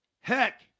heck